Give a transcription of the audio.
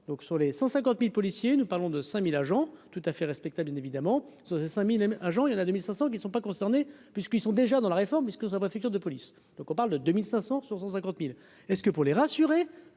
donc sur les 150000 policiers, nous parlons de 5000 agents tout à fait respectable, évidemment, sur 5000 M hein Jean il y en a 2500 qui ne sont pas concernés puisqu'ils sont déjà dans la réforme puisque vous à la préfecture de police, donc on parle de 2500 sur 150000. Est-ce que pour les rassurer,